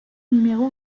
numéro